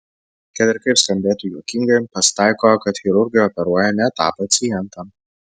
kad ir kaip skambėtų juokingai pasitaiko kad chirurgai operuoja ne tą pacientą